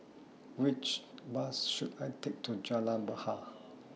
Which Bus should I Take to Jalan Bahar